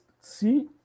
see